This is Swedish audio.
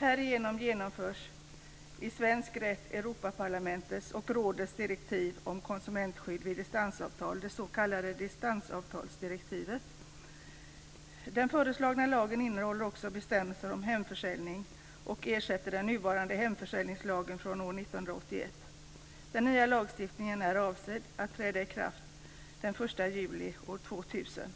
Härigenom genomförs i svensk rätt Europaparlamentets och rådets direktiv om konsumentskydd vid distansavtal, det s.k. distansavtalsdirektivet. Den föreslagna lagen innehåller också bestämmelser om hemförsäljning och ersätter den nuvarande hemförsäljningslagen från år 1981. Den nya lagstiftningen är avsedd att träda i kraft den 1 juni år 2000.